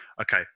Okay